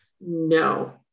No